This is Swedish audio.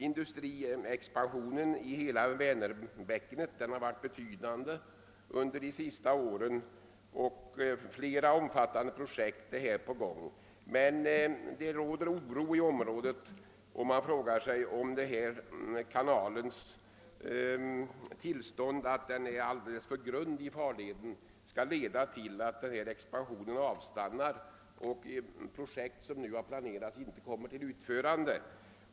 Industriexpansionen i hela Vänerbäckenet har varit betydande under de senaste åren, och flera omfattande projekt är igångsatta, men det råder oro i området, och man frågar sig om det förhållandet att kanalen är alldeles för grund skall komma att leda till att ex pansionen avstannar och att projekt som planerats inte kommer till utförande.